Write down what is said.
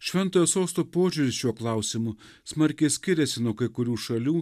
šventojo sosto požiūris šiuo klausimu smarkiai skiriasi nuo kai kurių šalių